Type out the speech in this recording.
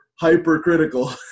hypercritical